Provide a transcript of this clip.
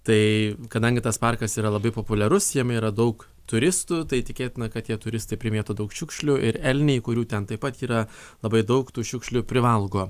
tai kadangi tas parkas yra labai populiarus jame yra daug turistų tai tikėtina kad tie turistai primėto daug šiukšlių ir elniai kurių ten taip pat yra labai daug tų šiukšlių privalgo